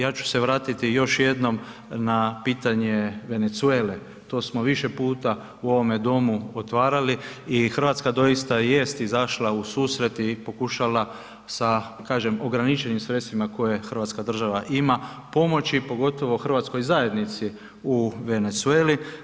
Ja ću se vratiti još jednom na pitanje Venezuele, to smo više puta u ovom Domu otvarali i Hrvatska doista i jest izašla u susret i pokušala sa kažem ograničenim sredstvima koje Hrvatska država ima pomoći pogotovo Hrvatskoj zajednici u Venezueli.